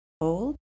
hold